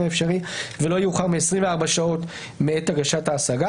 האפשרי ולא יאוחר מ-24 שעות מעת הגשת ההשגה,